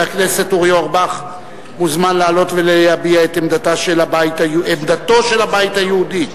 חבר הכנסת אורי אורבך מוזמן לעלות ולהביע את עמדת הבית היהודי,